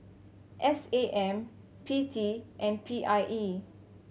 S A M P T and P I E